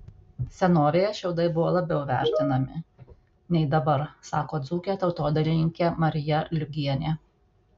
senovėje šiaudai buvo labiau vertinami nei dabar sako dzūkė tautodailininkė marija liugienė